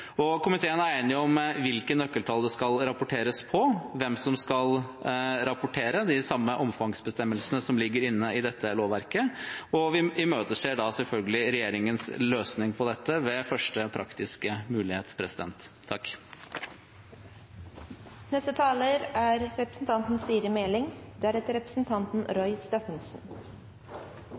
verdipapirhandelloven. Komiteen er enig om hvilke nøkkeltall som skal rapporteres, og hvem som skal rapportere de samme omfangsbestemmelsene som ligger inne i dette lovverket, og vi imøteser selvfølgelig regjeringens løsning på dette ved første praktiske mulighet.